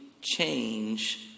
change